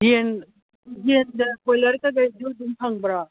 ꯌꯦꯟ ꯌꯦꯟꯗ ꯀꯣꯏꯂꯔ ꯀꯔꯤ ꯀꯩꯁꯨ ꯑꯗꯨꯝ ꯐꯪꯕ꯭ꯔꯣ